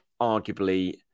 arguably